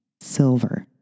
silver